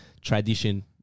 tradition